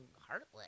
heartless